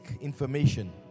information